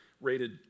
rated